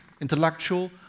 intellectual